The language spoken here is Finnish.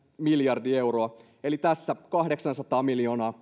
miljardi euroa eli tässä kahdeksansataa miljoonaa